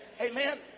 Amen